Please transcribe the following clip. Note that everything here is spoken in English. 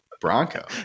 Bronco